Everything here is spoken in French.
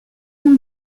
mon